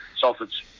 Salford's